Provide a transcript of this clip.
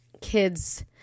kids